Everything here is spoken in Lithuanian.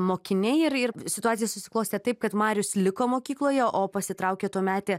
mokiniai ir ir situacija susiklostė taip kad marijus liko mokykloje o pasitraukė tuometė